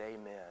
amen